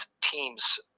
teams